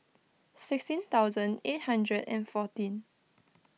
sixteen thousand eight hundred and fourteen